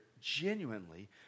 genuinely